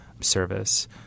service